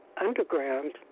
Underground